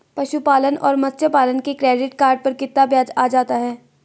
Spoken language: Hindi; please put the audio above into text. पशुपालन और मत्स्य पालन के क्रेडिट कार्ड पर कितना ब्याज आ जाता है?